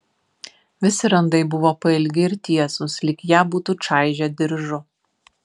visi randai buvo pailgi ir tiesūs lyg ją būtų čaižę diržu